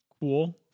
cool